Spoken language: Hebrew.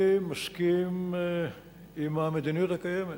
אני מסכים עם המדיניות הקיימת,